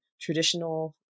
traditional